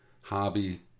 hobby